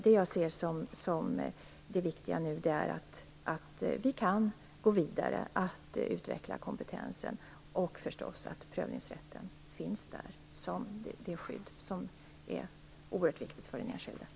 Det jag ser som det viktiga nu är att vi kan gå vidare med att utveckla kompetensen och, förstås, att prövningsrätten finns som ett oerhört viktigt skydd för den enskilde.